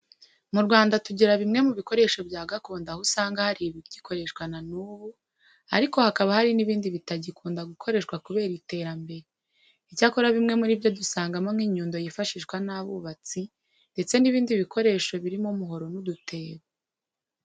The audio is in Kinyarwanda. Mu Rwanda tugira bimwe mu bikoresho bya gakondo aho usanga hari ibigikoreshwa na n'ubu ariko hakaba hari n'ibindi bitagikunda gukoreshwa kubera iterambere. Icyakora bimwe muri byo dusangamo nk'inyundo yifashishwa n'abubatsi ndetse n'ibindi bikoresho birimo umuhoro n'udutebo.